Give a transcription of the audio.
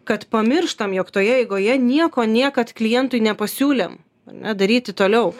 kad pamirštam jog toje eigoje nieko niekad klientui nepasiūlėm ar ne daryti toliau